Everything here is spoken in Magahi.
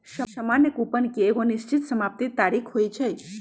सामान्य कूपन के एगो निश्चित समाप्ति तारिख होइ छइ